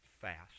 fast